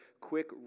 quick